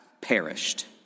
perished